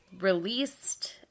released